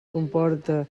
comporta